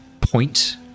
point